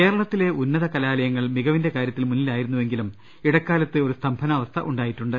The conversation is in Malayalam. കേരളത്തിലെ ഉന്നത കലാലയങ്ങൾ മികവിന്റെ കാര്യത്തിൽ മുന്നിലായിരുന്നുവെങ്കിലും ഇടക്കാലത്ത് ഒരു സ്തംഭനാവസ്ഥയുണ്ടാ യിട്ടുണ്ട്